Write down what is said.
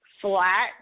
flat